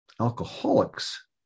Alcoholics